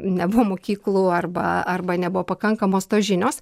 nebuvo mokyklų arba arba nebuvo pakankamos tos žinios